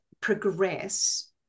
progress